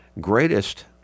greatest